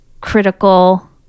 critical